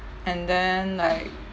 and then like